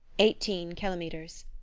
eighteen kilometres.